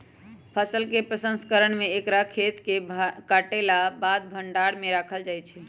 फसल के प्रसंस्करण में एकरा खेतसे काटलाके बाद भण्डार में राखल जाइ छइ